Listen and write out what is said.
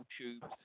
tubes